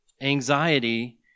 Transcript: Anxiety